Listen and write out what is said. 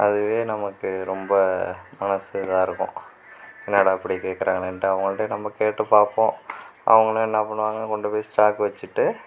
அதுவே நமக்கு ரொம்ப மனது இதாக இருக்கும் என்னடா இப்படி கேட்குறாங்களேண்டு அவங்கள்கிட்ட நம்ம கேட்டு பார்ப்போம் அவங்களும் என்ன பண்ணுவாங்க கொண்டு போய் ஸ்டாக் வச்சிகிட்டு